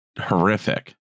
horrific